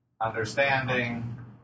understanding